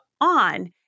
on